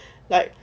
like